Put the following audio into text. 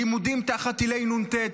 לימודים תחת טילי נ"ט,